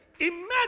Imagine